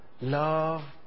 Love